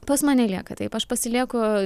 pas mane lieka taip aš pasilieku